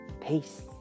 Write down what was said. Peace